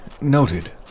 Noted